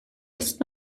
ist